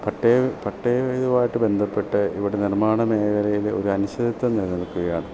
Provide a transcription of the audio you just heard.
പട്ടയ പട്ടയ ഇതുമായിട്ട് ബന്ധപ്പെട്ട് ഇവിടെ നിർമ്മാണ മേഘലയിൽ ഒരനിശ്ചിതത്വം നില നിൽക്കുകയാണ്